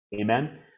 Amen